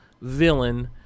villain